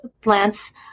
plants